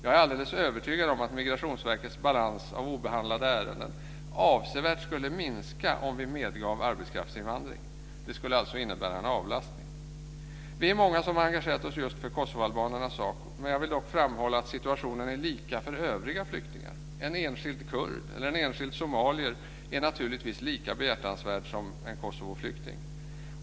Jag är alldeles övertygad om att Migrationsverkets balans av obehandlade ärenden avsevärt skulle minska om vi medgav arbetskraftsinvandring. Det skulle alltså innebära en avlastning. Vi är många som har engagerat oss just för kosovoalbanernas sak. Men jag vill dock framhålla att situationen är lika för övriga flyktingar. En enskild kurd eller en enskild somalier är naturligtvis lika behjärtansvärd som en Kosovoflykting.